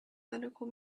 medical